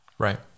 right